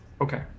Okay